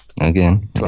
Again